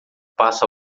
passa